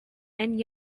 and